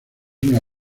una